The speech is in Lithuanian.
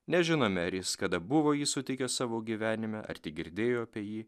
nežinome ar jis kada buvo jį sutikęs savo gyvenime ar tik girdėjo apie jį